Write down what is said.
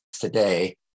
today